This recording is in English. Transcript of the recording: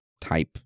type